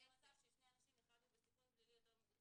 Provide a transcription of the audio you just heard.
ולהתקין מצלמות לפעמים זה אפילו יותר זול ממזגן